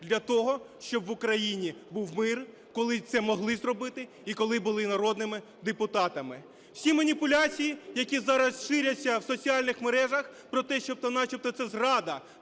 для того, щоб в Україні був мир, коли це могли зробити і коли були народними депутатами. Всі маніпуляції, які зараз ширяться в соціальних мережах про те, що начебто це зрада,